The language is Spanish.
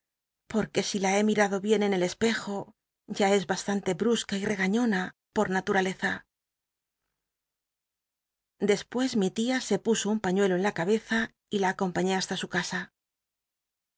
uc si la be mirado bien en el espejo ya e bastante brusca y rcgaiíona po natmaleza dcspues mi tia se puso un pañuelo en la cabeza y la acompaiíé hasta su casa